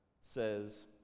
says